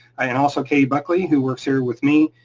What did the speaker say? ah and also, katie buckley, who works here with me,